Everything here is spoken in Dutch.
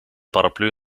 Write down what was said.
paraplu